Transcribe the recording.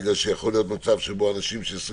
בגלל שיכול להיות מצב של אנשים ש-20